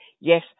yes